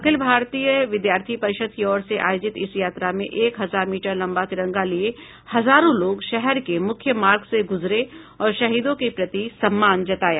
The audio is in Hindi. अखिल भारतीय विद्यार्थी परिषद की ओर से आयोजित इस यात्रा में एक हजार मीटर लंबा तिरंगा लिए हजारों लोग शहर के मुख्य मार्ग से गुजरे और शहीदों के प्रति सम्मान जताया